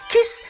Kiss